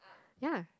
ya